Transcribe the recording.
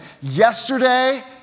Yesterday